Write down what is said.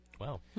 Wow